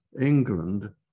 England